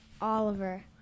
Oliver